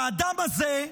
והאדם הזה,